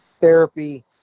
therapy